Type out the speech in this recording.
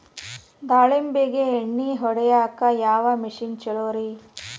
ದಾಳಿಂಬಿಗೆ ಎಣ್ಣಿ ಹೊಡಿಯಾಕ ಯಾವ ಮಿಷನ್ ಛಲೋರಿ?